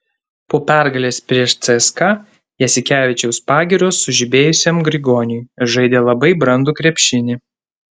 po pergalės prieš cska jasikevičiaus pagyros sužibėjusiam grigoniui žaidė labai brandų krepšinį